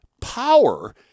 power